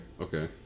Okay